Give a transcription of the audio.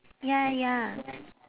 ya ya